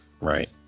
right